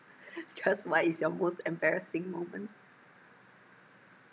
just what is your most embarrassing moment